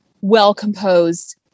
well-composed